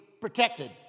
protected